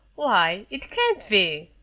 why, it can't be!